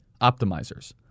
Optimizers